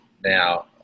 now